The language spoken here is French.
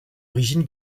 origine